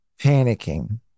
panicking